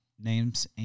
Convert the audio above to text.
names